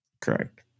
Correct